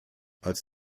als